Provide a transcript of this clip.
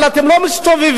אבל אתם לא מסתובבים,